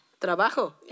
Trabajo